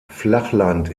flachland